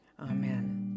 Amen